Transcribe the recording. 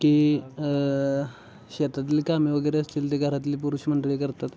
की शेतातली कामे वगैरे असतील ते घरातली पुरुष मंडळी करतात